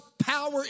Power